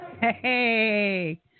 Hey